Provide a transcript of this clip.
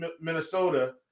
Minnesota